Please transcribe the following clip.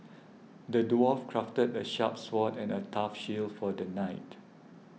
the dwarf crafted a sharp sword and a tough shield for the knight